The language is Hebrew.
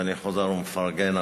ואני חוזר ומפרגן,